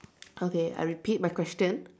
okay I repeat my question